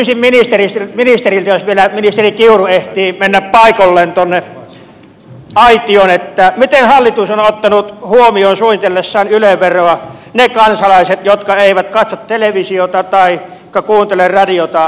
kysyisin ministeriltä jos vielä ministeri kiuru ehtii mennä paikoilleen tuonne aitioon miten hallitus on yle veroa suunnitellessaan ottanut huomioon ne kansalaiset jotka eivät katso televisiota taikka kuuntele radiota lainkaan